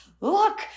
Look